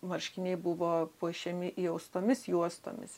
marškiniai buvo puošiami įaustomis juostomis